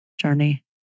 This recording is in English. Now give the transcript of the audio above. journey